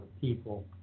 people